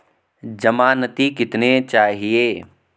ज़मानती कितने चाहिये?